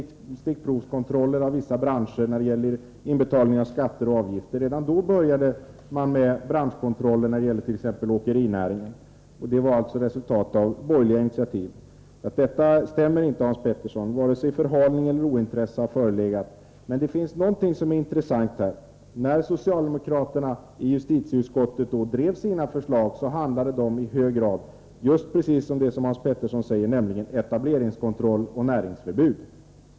ex stickprovskontrollerna av vissa branscher beträffande inbetalning av skatter och avgifter. Redan då började man med branschkontroller, t. ex beträffande åkerinäringen. Detta var alltså resultat av borgerliga initiativ. Hans Petterssons tal om ointresse och förhalning från vår sida överensstämmer alltså inte med verkligheten. Det intressanta är dock följande. Socialdemokraternas förslag på detta område handlade i hög grad, precis som Hans Pettersson själv sagt, om etableringskontroll och näringsförbud.